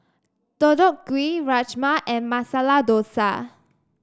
Deodeok Gui Rajma and Masala Dosa